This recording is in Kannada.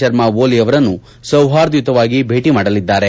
ಶರ್ಮಾಓಲಿ ಅವರನ್ನು ಸೌಹಾರ್ಧಯುತವಾಗಿ ಭೇಟಿ ಮಾಡಲಿದ್ದಾರೆ